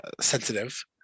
sensitive